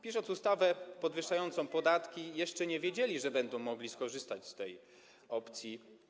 Pisząc ustawę podwyższającą podatki, jeszcze nie wiedzieli, że będą mogli skorzystać z tej opcji.